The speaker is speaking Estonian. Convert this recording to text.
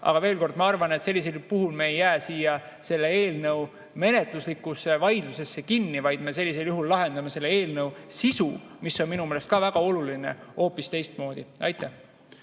Aga veel kord: ma arvan, et sellisel puhul me ei jää siia selle eelnõu menetluslikku vaidlusesse kinni, vaid me lahendame selle eelnõu sisu, mis on minu meelest ka väga oluline, hoopis teistmoodi.